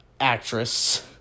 actress